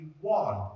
one